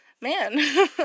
man